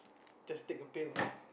just take a pill